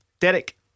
Derek